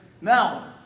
now